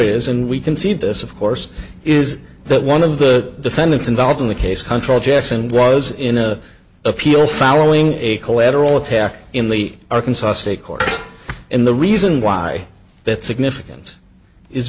is and we can see this of course is that one of the defendants involved in the case control jackson was in a appeal following a collateral attack in the arkansas state court and the reason why that significance is